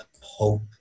hope